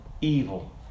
evil